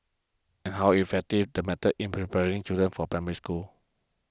and how effective the methods in preparing children for Primary School